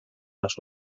las